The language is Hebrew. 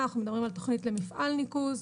אנחנו מדברים על תוכנית למפעל ניקוז.